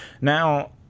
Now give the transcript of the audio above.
now